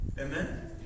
Amen